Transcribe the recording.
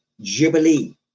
Jubilee